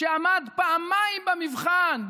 שעמד פעמיים במבחן,